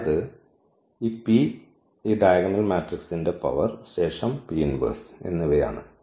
അതായത് ഈ P ഈ ഡയഗണൽ മാട്രിക്സിന്റെ പവർ ശേഷം എന്നിവയാണ്